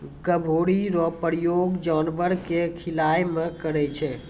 गभोरी रो प्रयोग जानवर के खिलाय मे करै छै